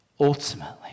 Ultimately